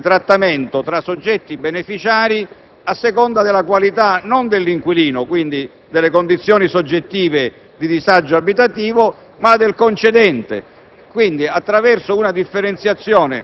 introduce una differenza di trattamento tra soggetti beneficiari a seconda delle qualità, non dell'inquilino, quindi delle condizioni soggettive di disagio abitativo, ma del concedente,